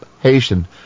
Haitian